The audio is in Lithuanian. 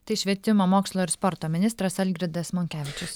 tai švietimo mokslo ir sporto ministras algirdas monkevičius